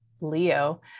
Leo